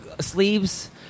sleeves